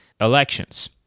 elections